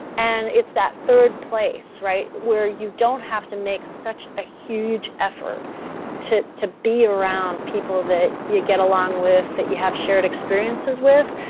and it's that third place, right where you don't have to make such a huge effort to to be around people that you get along with, that you have shared experiences with.